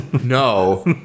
No